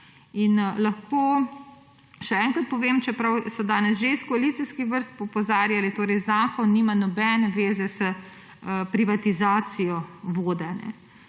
In lahko še enkrat povem, čeprav so danes že iz koalicijskih vrst opozarjali, zakon nima nobene zveze s privatizacijo vode.